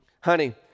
honey